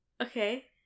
Okay